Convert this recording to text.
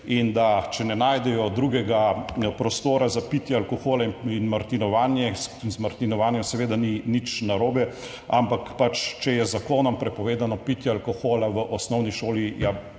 in da če ne najdejo drugega prostora za pitje alkohola in martinovanje, z martinovanjem seveda ni nič narobe, ampak če je z zakonom prepovedano pitje alkohola v osnovni šoli.